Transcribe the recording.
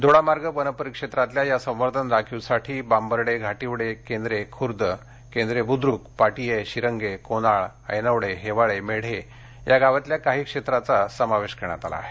दोडामार्ग वन परिक्षेत्रातल्या या संवर्धन राखीवसाठी बांबर्डे घाटिवडे केंद्रे खुर्द केंद्रेबुद्रुक पाटिये शिरंगे कोनाळ ऐनवडे हेवाळे मेढे या गावातल्या काही क्षेत्राचा समावेश करण्यात आला आहे